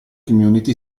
community